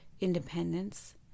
independence